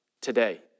today